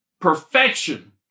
perfection